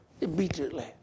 immediately